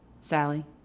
Sally